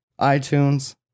iTunes